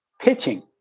Pitching